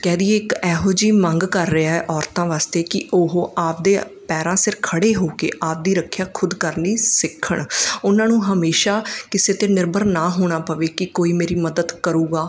ਕਹਿ ਦੇਈਏ ਇੱਕ ਇਹੋ ਜਿਹੀ ਮੰਗ ਕਰ ਰਿਹਾ ਔਰਤਾਂ ਵਾਸਤੇ ਕਿ ਉਹ ਆਪਣੇ ਪੈਰਾਂ ਸਿਰ ਖੜ੍ਹੇ ਹੋ ਕੇ ਆਪਣੀ ਰੱਖਿਆ ਖੁਦ ਕਰਨੀ ਸਿੱਖਣ ਉਹਨਾਂ ਨੂੰ ਹਮੇਸ਼ਾ ਕਿਸੇ 'ਤੇ ਨਿਰਭਰ ਨਾ ਹੋਣਾ ਪਵੇ ਕਿ ਕੋਈ ਮੇਰੀ ਮਦਦ ਕਰੂਗਾ